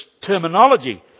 terminology